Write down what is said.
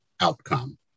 outcome